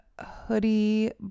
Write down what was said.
hoodie